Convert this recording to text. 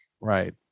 Right